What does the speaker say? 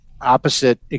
opposite